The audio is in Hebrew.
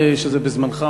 וזה בזמנך,